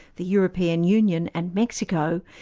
the european union and mexico,